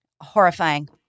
Horrifying